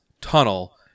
tunnel